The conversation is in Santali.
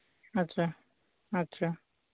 ᱟᱪᱪᱷᱟ ᱟᱪᱪᱷᱟ